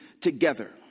together